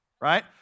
right